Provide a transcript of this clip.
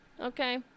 Okay